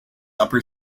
upper